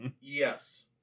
Yes